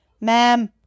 ma'am